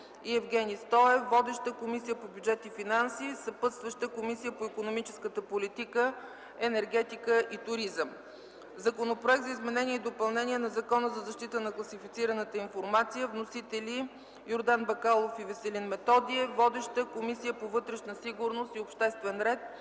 вътрешна сигурност и обществен ред,